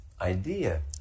idea